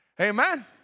Amen